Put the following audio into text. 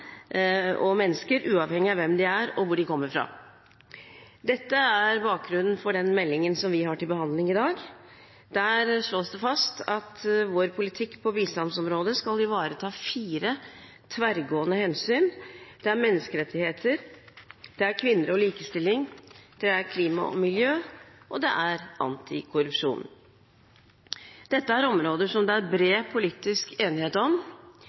og mennesker, uavhengig av hvem de er, og hvor de kommer fra. Dette er bakgrunnen for den meldingen vi har til behandling i dag. Der slås det fast at vår politikk på bistandsområdet skal ivareta fire tverrgående hensyn: Det er menneskerettigheter, det er kvinner og likestilling, det er klima og miljø, og det er antikorrupsjon. Dette er områder som det er bred politisk enighet om.